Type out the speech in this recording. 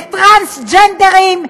וטרנסג'נדרים,